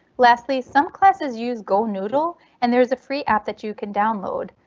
lastly some classes use go noodle and there is a free app that you can download.